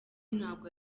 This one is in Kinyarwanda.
ntago